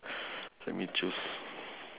let me choose